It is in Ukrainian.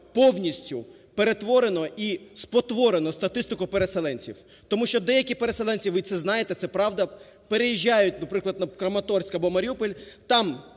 повністю перетворено і спотворено статистику переселенців. Тому що деякі переселенці, ви це знаєте, це правда, переїжджають, наприклад, в Краматорськ або Маріуполь, там